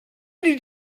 did